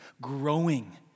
growing